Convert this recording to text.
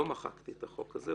לא מחקתי את החוק הזה,